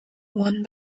one